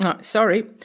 Sorry